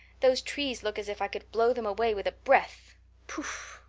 those trees look as if i could blow them away with a breath pouf!